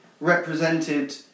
represented